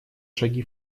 шаги